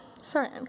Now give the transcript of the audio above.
Sorry